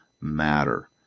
matter